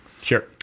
Sure